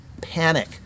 panic